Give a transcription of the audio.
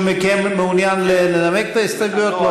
מעוניין לנמק את ההסתייגויות?